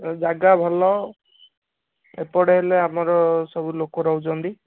ଯାଗା ଭଲ ଏପଟେ ହେଲେ ଆମର ସବୁ ଲୋକ ରହୁଛନ୍ତି